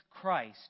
christ